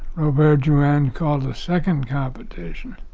robert drouhin called a second competition,